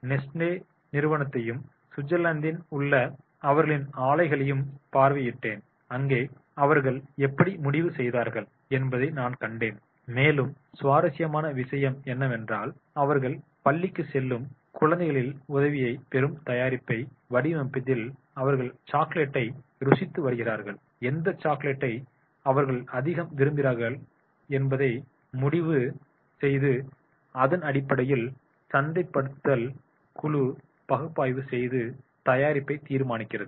நான் நெஸ்லே நிறுவனத்தையும் சுவிட்சர்லாந்தில் உள்ள அவர்களின் ஆலைகளையும் பார்வையிட்டேன் அங்கே அவர்கள் எப்படி முடிவு செய்தார்கள் என்பதை நான் கண்டேன் மேலும் சுவாரஸ்யமான விஷயம் என்னவென்றால் அவர்கள் பள்ளிக்குச் செல்லும் குழந்தைகளின் உதவியைப் பெறும் தயாரிப்பை வடிவமைப்பதில் அவர்கள் சாக்லேட்டை ருசித்து வருகிறார்கள் எந்த சாக்லேட்டை அவர்கள் அதிகம் விரும்புகிறார்கள் என்பதை முடிவு செய்து அதன் அடிப்படையில் சந்தைப்படுத்தல் குழு பகுப்பாய்வு செய்து தயாரிப்பை தீர்மானிக்கிறது